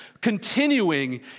continuing